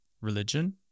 religion